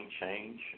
change